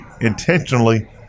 intentionally